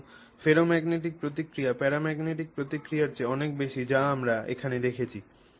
সুতরাং ফেরোম্যাগনেটিক প্রতিক্রিয়া প্যারাম্যাগনেটিক প্রতিক্রিয়ার চেয়ে অনেক বেশি যা আমরা এখানে দেখেছি